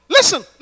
Listen